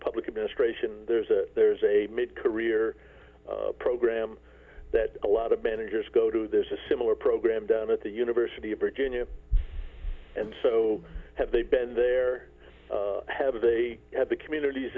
public administration there's a there's a mid career program that a lot of managers go to there's a similar program down at the university of virginia and so have they been there have they have the communities